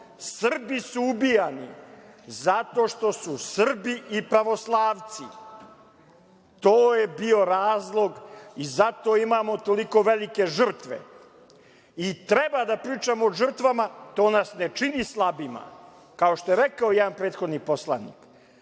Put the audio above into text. Srbi su ubijani zato što su Srbi i pravoslavci. To je bio razlog i zato imamo toliko velike žrtve. Treba da pričamo o žrtvama. To nas ne čini slabima, kao što je rekao jedan prethodni poslanik.